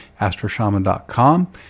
astroshaman.com